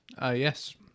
Yes